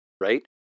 Right